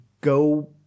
go